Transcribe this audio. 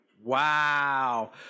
Wow